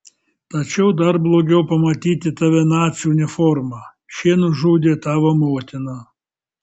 tačiau dar blogiau pamatyti tave nacių uniforma šie nužudė tavo motiną